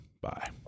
Bye